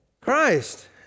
Christ